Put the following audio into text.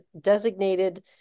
designated